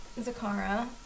Zakara